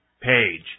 page